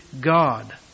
God